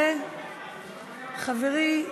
גברתי היושבת-ראש,